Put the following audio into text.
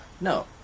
No